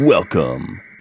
Welcome